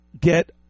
get